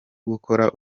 gukora